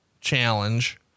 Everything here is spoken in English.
challenge